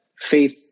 faith